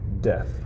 death